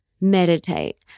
meditate